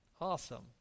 awesome